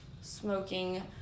smoking